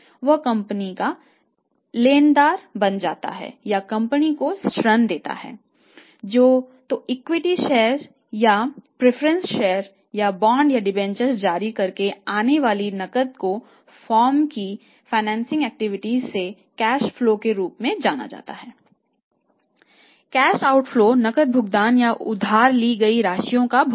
cash outflow नकद भुगतान या उधार ली गई राशियों का भुगतान है